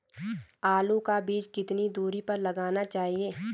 आलू का बीज कितनी दूरी पर लगाना चाहिए?